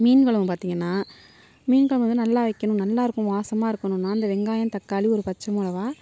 மீன் குழம்பு பார்த்திங்கனா மீன் குழம்பு வந்து நல்லா வைக்கணும் நல்லாயிருக்கும் வாசமாக இருக்கணுன்னால் அந்த வெங்காயம் தக்காளி ஒரு பச்சை மிளவா